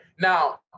Now